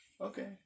Okay